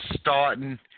starting